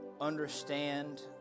understand